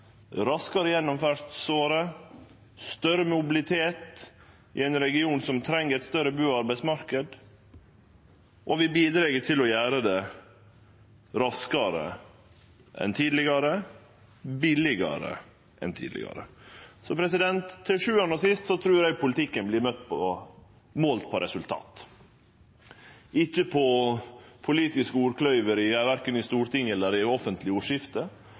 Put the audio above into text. raskare gjennomfartsåre og større mobilitet i ein region som treng ein større bu- og arbeidsmarknad, og vi har bidrege til å gjere det raskare enn tidlegare og billigare enn tidlegare. Til sjuande og sist trur eg politikken vert målt på resultat, ikkje på politisk ordkløyveri, korkje i Stortinget eller i offentleg